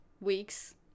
weeks